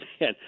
man